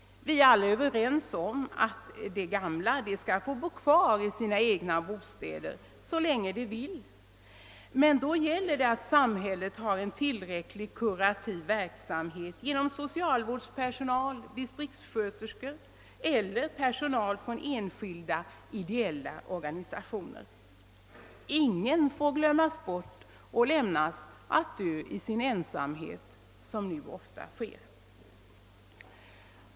Vi är alla överens om att den gamle skall få bo kvar i sin egen bostad så länge han vill. Men då gäller det att samhället har en tillräcklig kurativ verksamhet genom socialvårdspersonal, distriktssköterskor eller personal från enskilda ideella organisationer. Ingen får glömmas bort och lämnas att dö i sin ensamhet, något som nu ofta sker.